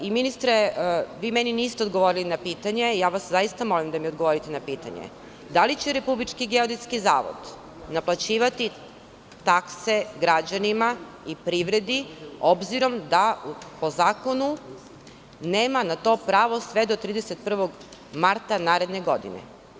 Ministre, vi meni niste odgovorili na pitanje i zaista vas molim da mi odgovorite na pitanje da li će RGZ naplaćivati takse građanima i privredi, obzirom da, po zakonu, nema na to pravo sve do 31. marta naredne godine?